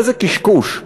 איזה קשקוש.